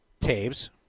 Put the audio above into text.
Taves